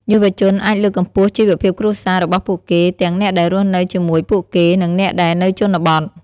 យុវជនអាចលើកកម្ពស់ជីវភាពគ្រួសាររបស់ពួកគេ ទាំងអ្នកដែលរស់នៅជាមួយពួកគេ និងអ្នកដែលនៅជនបទ។